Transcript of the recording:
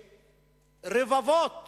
כדי שרבבות